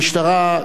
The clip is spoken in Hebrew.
המשטרה,